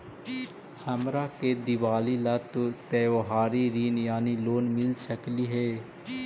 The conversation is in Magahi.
हमरा के दिवाली ला त्योहारी ऋण यानी लोन मिल सकली हे?